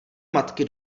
matky